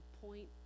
point